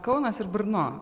kaunas ir brno